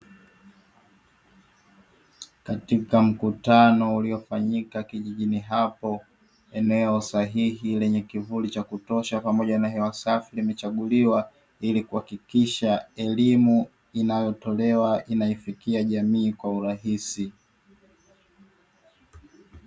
Katika mkutano uliofanyika kijijini hapo, eneo sahihi lenye kivuli cha kutosha pamoja na hewa safi limechaguliwa, ili kuhakikisha elimu inayotolewa inaifikia jamii kwa urahisi.